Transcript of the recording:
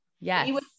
Yes